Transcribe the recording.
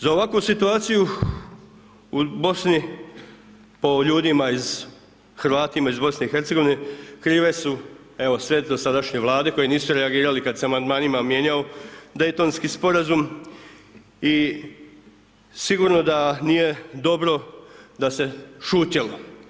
Za ovakvu situaciju u Bosni po ljudima iz, Hrvatima iz BiH krive su, evo sve dosadašnje Vlade koje nisu reagirali kad se Amandmanima mijenjao Dejtonski Sporazum i sigurno da nije dobro da se šutjelo.